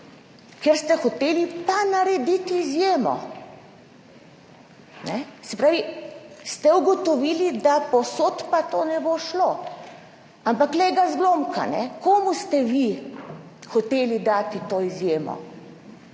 kjer ste pa hoteli narediti izjemo, se pravi, ste ugotovili, da povsod pa to ne bo šlo. Ampak glej ga zlomka, komu ste vi hoteli dati to izjemo.